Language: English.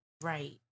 Right